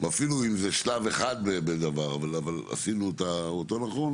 אפילו אם זה שלב אחד בדבר אבל עשינו אותו נכון,